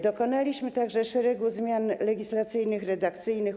Dokonaliśmy także szeregu zmian legislacyjnych, redakcyjnych.